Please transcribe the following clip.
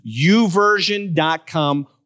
uversion.com